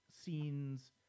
scenes